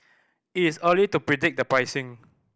it is early to predict the pricing